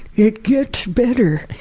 it gets better.